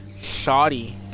Shoddy